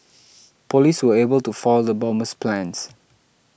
police were able to foil the bomber's plans